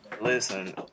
listen